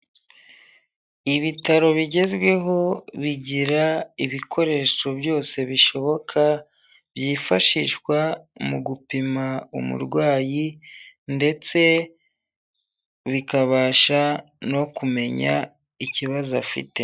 Ibitaro bigezweho bigira ibikoresho byose bishoboka byifashishwa mu gupima umurwayi ndetse bikabasha no kumenya ikibazo afite.